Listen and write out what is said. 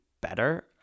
better